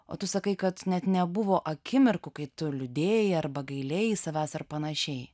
o tu sakai kad net nebuvo akimirkų kai tu liūdėjai arba gailėjai savęs ar panašiai